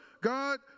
God